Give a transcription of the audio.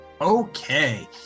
Okay